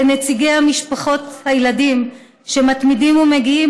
לנציגי משפחות הילדים שמתמידים ומגיעים